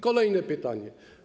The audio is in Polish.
Kolejne pytanie.